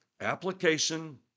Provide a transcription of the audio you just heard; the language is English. application